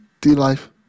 D-Life